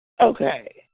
okay